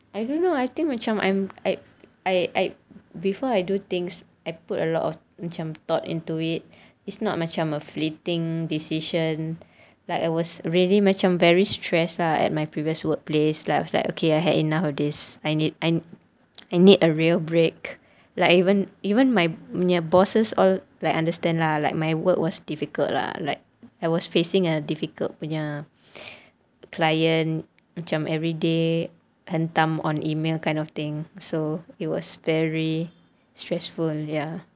I don't know I think macam I'm I I I before I do things I put a lot of macam thought into it it's not macam a fleeting decision like I was really macam very stressed out at my previous workplace then I was like okay I had enough nowadays I need I need a real break like even even my punya bosses all like understand lah like my work was difficult lah like I was facing a difficult punya client macam everyday hentam on email kind of thing so it was very stressful ya